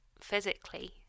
physically